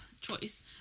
choice